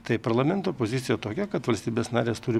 tai parlamento pozicija tokia kad valstybės narės turi